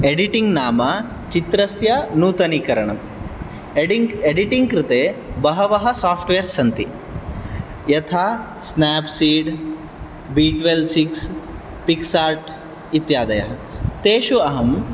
editing नाम चित्रस्य नूतनीकरणम् एडिटिङ्ग् कृते बहवः साफ्ट्वेयर्स् सन्ति यथा स्नाप्सीड् बीट्वेल्व् सिक्स् पिक्सार्ट् इत्यादयः तेषु अहं